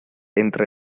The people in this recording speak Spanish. entre